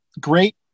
great